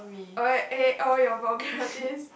alright eh all your vulgarities